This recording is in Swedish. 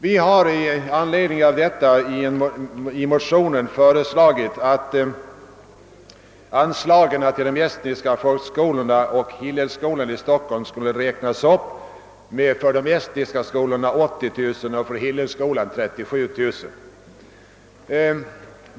Vi har i anledning av detta i vår motion föreslagit att anslagen till de estniska folkskolorna och till Hillelskolan i Stockholm skall räknas upp med för de estniska skolorna 80 000 och för Hillelskolan 37 000 kronor.